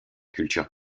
culture